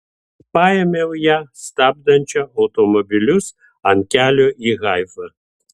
paėmiau ją stabdančią automobilius ant kelio į haifą